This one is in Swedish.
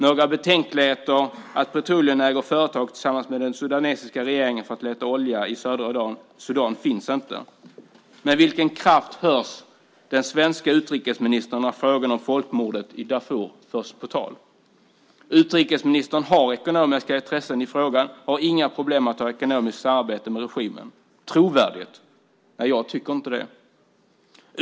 Några betänkligheter kring att Lundin Petroleum äger företag tillsammans med den sudanesiska regeringen för att leta olja i södra Sudan finns inte. Med vilken kraft hörs den svenske utrikesministern när frågan om folkmordet i Darfur förs på tal? Utrikesministern har ekonomiska intressen i frågan och har inga problem med att ha ett ekonomiskt samarbete med regimen. Är detta trovärdigt? Nej, jag tycker inte det.